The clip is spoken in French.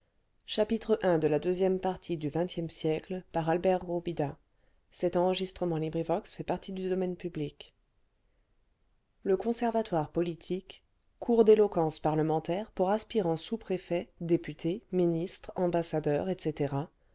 le conservatoire politique cours d'éloquence parlementaire pour aspirants sous préfets députés ministres ambassadeurs etc